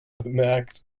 bemerkt